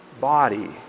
body